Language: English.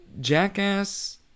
Jackass